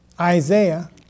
Isaiah